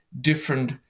different